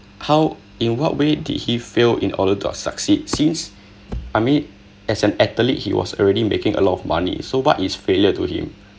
how in what way did he fail in order to succeed since I mean as an athlete he was already making a lot of money so what is failure to him